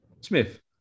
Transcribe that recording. Smith